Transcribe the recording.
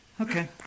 Okay